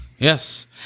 Yes